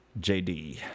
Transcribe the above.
JD